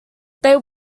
they